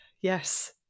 yes